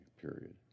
Period